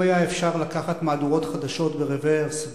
אם היה אפשר לקחת מהדורות חדשות ברוורס,